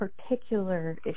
Particular